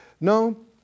No